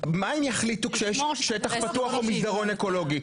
מה הם יחליטו כשיש שטח פתוח או מסדרון אקולוגי,